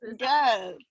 Yes